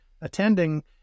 attending